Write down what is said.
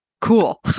cool